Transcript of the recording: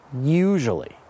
usually